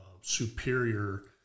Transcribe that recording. superior